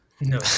No